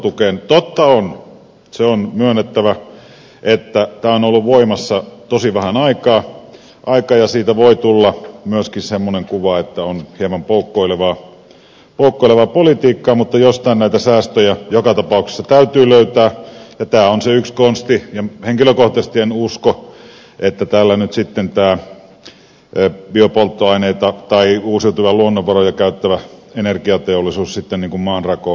totta on se on myönnettävä että tämä on ollut voimassa tosi vähän aikaa ja siitä voi tulla myöskin semmoinen kuva että on hieman poukkoilevaa politiikkaa mutta jostain näitä säästöjä joka tapauksessa täytyy löytää ja tämä on se yksi konsti ja henkilökohtaisesti en usko että tällä nyt sitten biopolttoaineita tai uusiutuvia luonnonvaroja käyttävä energiateollisuus maanrakoon menee